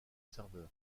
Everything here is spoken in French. serveur